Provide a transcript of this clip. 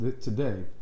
today